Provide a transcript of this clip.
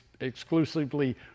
exclusively